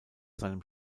seinem